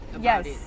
yes